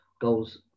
goals